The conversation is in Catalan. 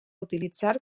utilitzar